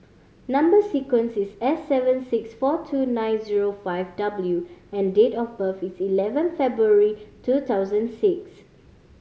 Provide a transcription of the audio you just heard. number sequence is S seven six four two nine zero five W and date of birth is eleven February two thousand six